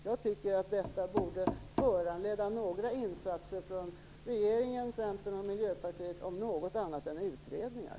Jag tycker att detta borde föranleda några insatser från regeringen, Centern och Miljöpartiet, något annat än utredningar.